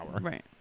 right